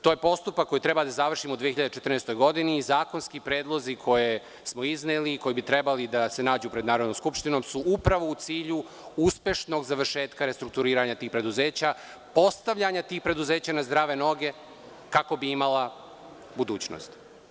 To je postupak koji treba da završimo u 2014. godini i zakonski predlozi koje smo izneli, koji bi trebalo da se nađu pred Narodnom skupštinom, su upravo u cilju uspešnog završetka restrukturiranja tih preduzeća, postavljanja tih preduzeća na zdrave noge, kako bi imala budućnost.